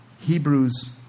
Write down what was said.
Hebrews